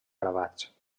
gravats